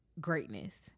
greatness